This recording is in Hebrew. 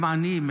הם עניים,